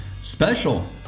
special